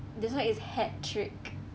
that's why it's hat trick